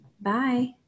Bye